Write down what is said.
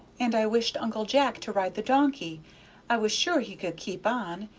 and i wished uncle jack to ride the donkey i was sure he could keep on,